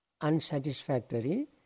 unsatisfactory